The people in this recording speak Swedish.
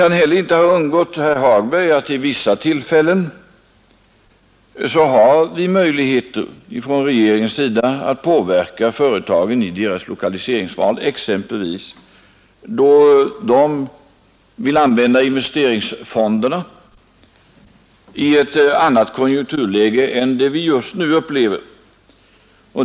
Men det kan inte heller ha undgått herr Hagberg att vi från regeringen vid vissa tillfällen har möjligheter att påverka företagens lokaliseringsval, exempelvis då de vill använda investeringsfonderna i ett annat konjunkturläge än det vi just nu upplever.